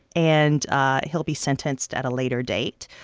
and he'll be sentenced at a later date.